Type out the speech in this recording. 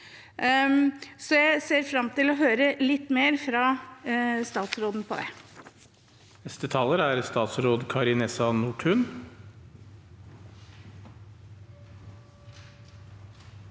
Jeg ser fram til å høre litt mer fra statsråden om det.